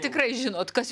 tikrai žinot kas